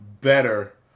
better